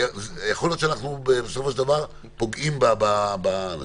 יכול להיות שאנחנו בסופו של דבר פוגעים באנשים.